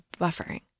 buffering